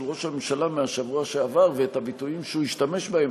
ראש הממשלה מהשבוע שעבר ואת הביטויים שהוא השתמש בהם,